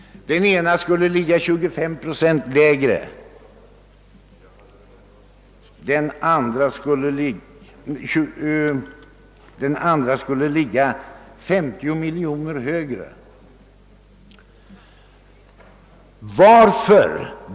Den ena av dem skulle ligga 25 procent lägre och den andra skulle ligga 50 miljoner kronor högre än tidigare.